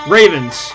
Ravens